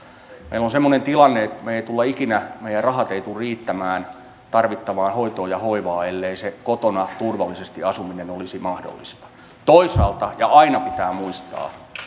meillä on semmoinen tilanne että meidän rahamme eivät tule ikinä riittämään tarvittavaan hoitoon ja hoivaan ellei se kotona turvallisesti asuminen olisi mahdollista toisaalta ja aina pitää muistaa